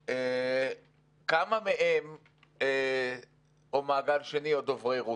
מ"אלה", כמה מהם הם מהגל השני או דוברי רוסית?